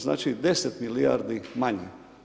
Znači 10 milijardi manje.